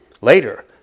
later